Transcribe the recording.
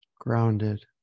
grounded